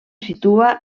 situa